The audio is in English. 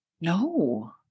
No